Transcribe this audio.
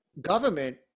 Government